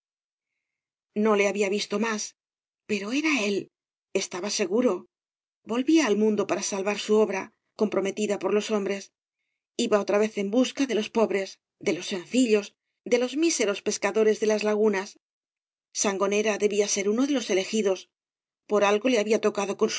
no le había visto más pero era el estaba seguro volvía al mundo para salvar su obra comprometida por los hombres iba otra vez en busca de los pobres de los sencillos de los míseros pescadores de las lagunas sangonera debía ser uno de los elegidos por algo le había tocado